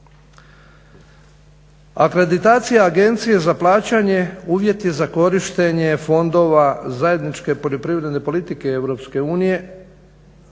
Akreditacija Agencije za plaćanje, uvjeti za korištenje fondova zajedničke poljoprivredne politike EU